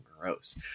gross